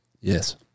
yes